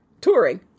touring